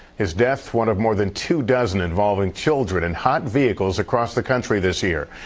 his death one of more than two dozen involving children in hot vehicles across the country this year.